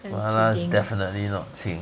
mala is definitely not 清